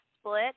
split